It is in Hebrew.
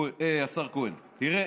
השר כהן, תראה,